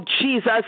jesus